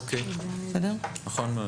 אוקיי, נכון מאוד.